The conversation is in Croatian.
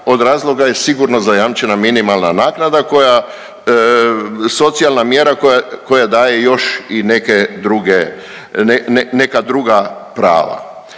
od razloga je sigurno zajamčena minimalna naknada koja, socijalna mjera koja daje još i neke druge, neka